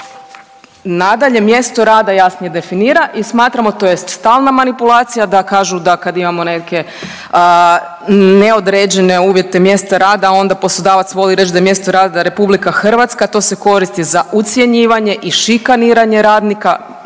nadalje mjesto rada jasnije definira i smatramo to je stalna manipulacija da kažu da kad imamo neke neodređene uvjete mjesto rada onda poslodavac voli reći da je mjesto rada Republika Hrvatska. To se koristi za ucjenjivanje i šikaniranje radnika.